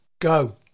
go